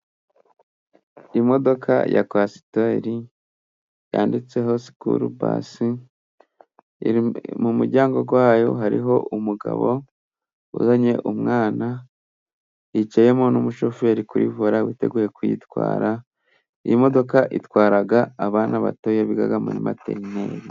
Imodoka ya kwasiteri yanditseho sikuru basi, mu muryango wayo hariho umugabo uzanye umwana hicayemo n'umushoferi kuri vola, witeguye kuyitwara. Iyi modoka itwara abana batoya biga muri materineri.